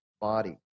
body